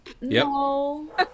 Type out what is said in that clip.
No